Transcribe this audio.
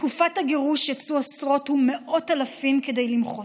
בתקופת הגירוש יצאו עשרות ומאות אלפים כדי למחות.